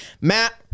matt